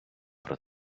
про